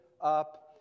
up